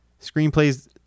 Screenplays